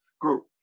group